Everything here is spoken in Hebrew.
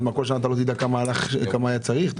כל שנה לא תדע כמה היה צריך?